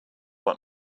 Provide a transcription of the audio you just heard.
want